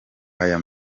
aya